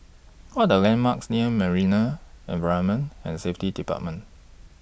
What Are The landmarks near Marine Environment and Safety department